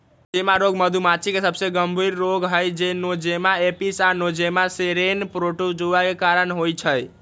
Nosema रोग मधुमाछी के सबसे गंभीर रोग हई जे नोज़ेमा एपिस आ नोज़ेमा सेरेने प्रोटोज़ोआ के कारण होइ छइ